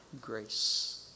grace